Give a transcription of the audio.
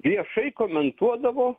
viešai komentuodavo